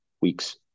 weeks